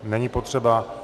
Není potřeba.